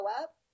up